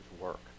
work